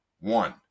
One